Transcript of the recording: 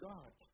God